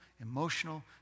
emotional